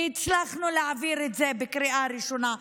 והצלחנו להעביר את זה בקריאה ראשונה.